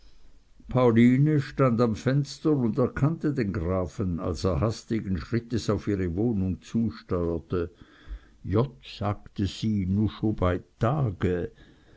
pauline stand am fenster und erkannte den grafen als er hastigen schrittes auf ihre wohnung zusteuerte jott sagte sie nu schon bei dage